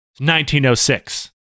1906